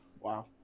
Wow